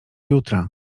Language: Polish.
jutra